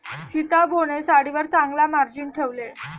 सीताबोने साडीवर चांगला मार्जिन ठेवले